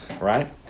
right